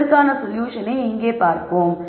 இதற்கான சொல்யூஷனை இங்கே பார்ப்போம்